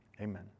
Amen